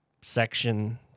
Section